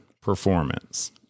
performance